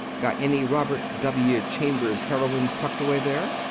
got any robert w. chambers's heroines tucked away there?